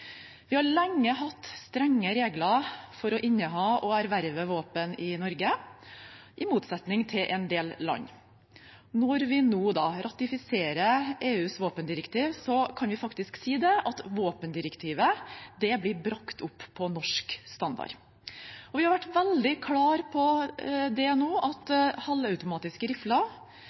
Vi har lenge hatt strenge regler for å inneha og erverve våpen i Norge, i motsetning til i en del andre land. Når vi nå da ratifiserer EUs våpendirektiv, kan vi faktisk si at våpendirektivet blir brakt opp til norsk standard. Vi har vært veldig klar på at halvautomatiske